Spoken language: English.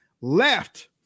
left